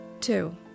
Two